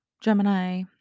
Gemini